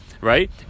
right